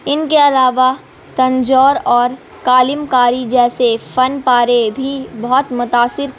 ان کے علاوہ تنجور اور قالم کاری جیسے فن پارے بھی بہت متاثر